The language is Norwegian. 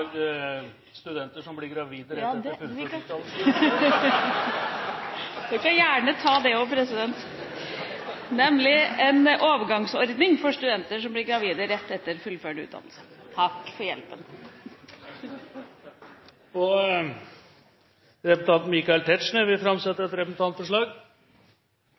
studenter som blir gravide rett etter fullført utdannelse? Vi kan gjerne ta det også, president! Det gjelder overgangsordninger for studenter som blir gravide rett etter fullført utdannelse. Takk for hjelpen. Representanten Michael Tetzschner vil framsette et representantforslag.